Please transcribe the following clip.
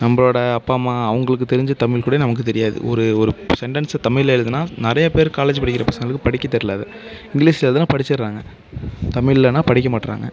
நம்மளோடய அப்பா அம்மா அவங்களுக்கு தெரிஞ்ச தமிழ் கூட நமக்கு தெரியாது ஒரு ஒரு சென்டென்ஸ் தமிழ்ல எழுதுனா நிறைய பேர் காலேஜ் படிக்கிற பசங்களுக்கு படிக்க தெரியலை அதை இங்கிலீஷில் எழுதுனா படிச்சுடுறாங்க தமிழ்லனா படிக்கமாட்றாங்க